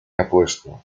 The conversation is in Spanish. apuesto